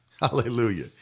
Hallelujah